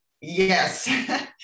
Yes